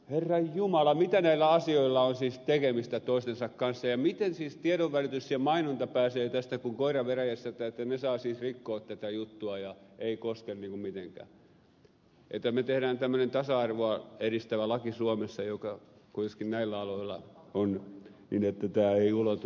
herran jumala mitä näillä asioilla on siis tekemistä toistensa kanssa ja miten siis tiedonvälitys ja mainonta pääsevät tästä kuin koira veräjästä että ne saavat siis rikkoa tätä juttua ja ei koske niin kuin mitenkään että me tehdään tämmöinen tasa arvoa edistävä laki suomessa joka kuitenkin näillä aloilla on niin että tämä ei ulotu niihin